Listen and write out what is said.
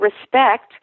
respect